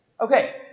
Okay